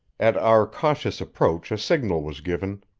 at our cautious approach a signal was given,